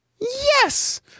Yes